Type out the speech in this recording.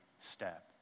step